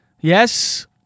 Yes